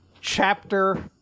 Chapter